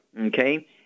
Okay